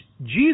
Jesus